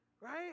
right